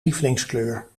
lievelingskleur